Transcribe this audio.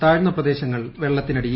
താഴ്ന്ന പ്രദേശങ്ങൾ വെള്ളത്തിനടിയിൽ